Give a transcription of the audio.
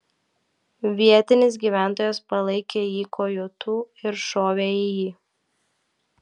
vietinis gyventojas palaikė jį kojotu ir šovė į jį